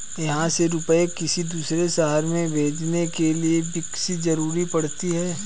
यहाँ से रुपये किसी दूसरे शहर में भेजने के लिए किसकी जरूरत पड़ती है?